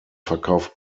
verkauft